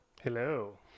Hello